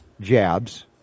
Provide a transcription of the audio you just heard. jabs